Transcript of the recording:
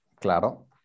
Claro